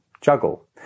juggle